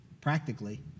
practically